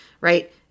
right